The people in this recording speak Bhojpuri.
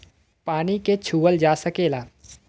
पानी के छूअल जा सकेला